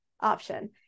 option